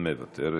מוותרת.